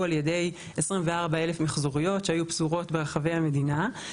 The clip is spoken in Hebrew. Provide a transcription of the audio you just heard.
על ידי 24,000 מחזוריות שהיו פזורות ברחבי המדינה.